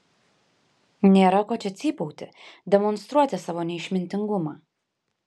nėra ko čia cypauti demonstruoti savo neišmintingumą